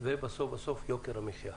ובסוף בסוף יוקר המחיה.